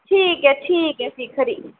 ठीक ऐ ठीक ऐ फ्ही खरी